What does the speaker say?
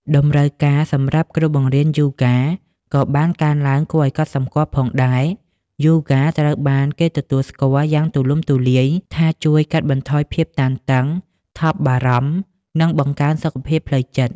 តម្រូវការសម្រាប់គ្រូបង្រៀនយូហ្គាក៏បានកើនឡើងគួរឱ្យកត់សម្គាល់ផងដែរ។ យូហ្គាត្រូវបានគេទទួលស្គាល់យ៉ាងទូលំទូលាយថាជួយ កាត់បន្ថយភាពតានតឹង ថប់បារម្ភ និងបង្កើនសុខភាពផ្លូវចិត្ត។